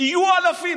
יהיו אלפים.